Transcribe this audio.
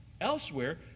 elsewhere